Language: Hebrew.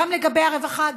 גם לגבי הרווחה,